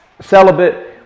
celibate